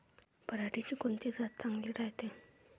पऱ्हाटीची कोनची जात चांगली रायते?